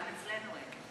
גם אצלנו אין.